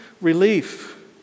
relief